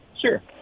Sure